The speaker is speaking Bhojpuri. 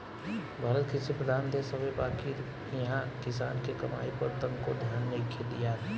भारत कृषि प्रधान देश हवे बाकिर इहा किसान के कमाई पर तनको ध्यान नइखे दियात